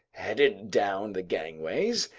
headed down the gangways,